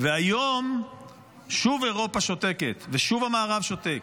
והיום שוב אירופה שותקת ושוב המערב שותק.